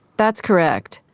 that's correct.